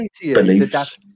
beliefs